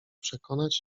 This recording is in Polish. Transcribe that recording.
przekonać